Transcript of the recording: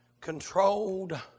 controlled